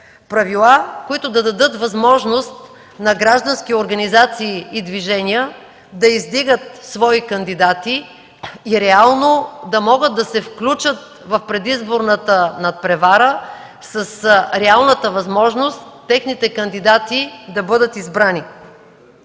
правила, които да дадат възможност на граждански организации и движения да издигат свои кандидати и реално да могат да се включат в предизборната надпревара с реалната възможност техните кандидати да бъдат избрани.